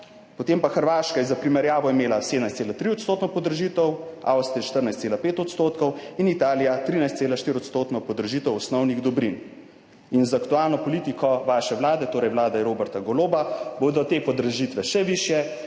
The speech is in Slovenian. potem pa Hrvaška je za primerjavo imela 17,3 odstotno podražitev, Avstrija 14,5 odstotkov in Italija 13,4 odstotno podražitev osnovnih dobrin. Z aktualno politiko vaše vlade, torej, vlade Roberta Goloba, bodo te podražitve še višje,